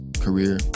career